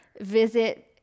visit